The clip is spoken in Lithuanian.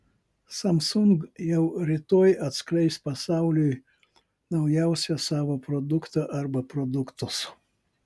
samsung jau rytoj atskleis pasauliui naujausią savo produktą arba produktus